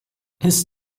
ist